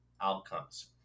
outcomes